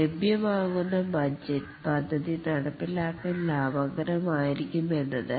ലഭ്യമാകുന്ന ബജറ്റ് പദ്ധതി നടപ്പിലാക്കാൻ ലാഭകരമായിരിക്കും എന്നത്